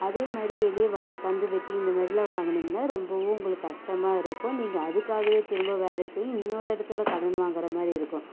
அதேமாதிரி வெளியே வர கந்துவட்டி இந்தமாதிரிலாம் வாங்குனீங்கன்னா ரொம்பவும் உங்களுக்கு கஷ்டமாக இருக்கும் நீங்கள் அதுக்காகவே திரும்ப வேலைக்கு போய் இன்னோரு இடத்துல கடன் வாங்குற மாதிரி இருக்கும்